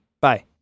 Bye